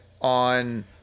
on